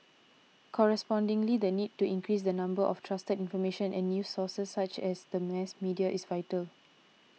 correspondingly the need to increase the number of trusted information and news sources such as the mass media is vital